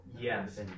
Yes